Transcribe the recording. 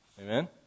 Amen